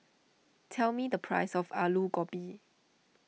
tell me the price of Aloo Gobi